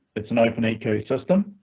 it's an open ecosystem,